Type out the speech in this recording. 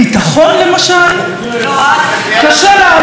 קשה להאמין שאנחנו חיים באותה מדינה.